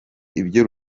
ibyo